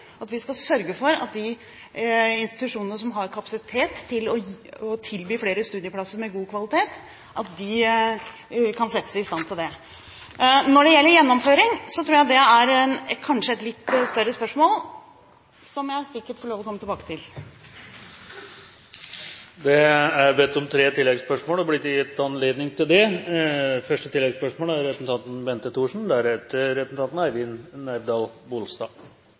med god kvalitet, kan settes i stand til det. Når det gjelder gjennomføring, tror jeg det kanskje er et litt større spørsmål, som jeg sikkert får lov å komme tilbake til. Det er bedt om og blir gitt anledning til tre oppfølgingsspørsmål – først Bente Thorsen.